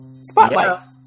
Spotlight